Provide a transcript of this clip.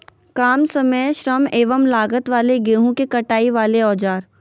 काम समय श्रम एवं लागत वाले गेहूं के कटाई वाले औजार?